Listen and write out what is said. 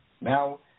Now